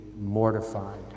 mortified